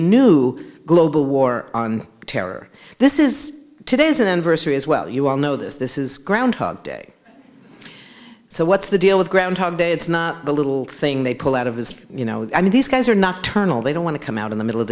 new global war on terror this is today is an anniversary as well you all know this this is groundhog day so what's the deal with groundhog day it's not the little thing they pull out of his you know i mean these guys are nocturnal they don't want to come out in the middle of